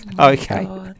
Okay